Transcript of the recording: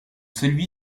celui